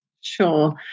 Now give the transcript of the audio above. Sure